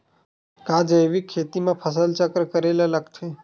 का जैविक खेती म फसल चक्र करे ल लगथे?